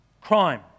crime